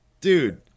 Dude